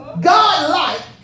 Godlike